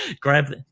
grab